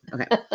Okay